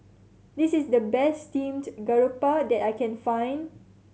this is the best steamed garoupa that I can find